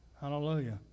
Hallelujah